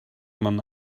man